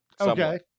Okay